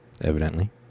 Evidently